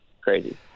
Crazy